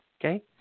Okay